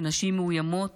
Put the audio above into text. ונשים מאוימות